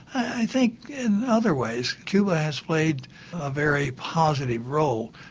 i think in other ways cuba has played a very positive role.